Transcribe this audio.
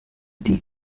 die